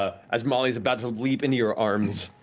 ah as molly's about to leap into your arms.